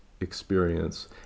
experience